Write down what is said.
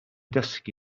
dysgu